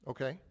Okay